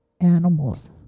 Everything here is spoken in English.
animals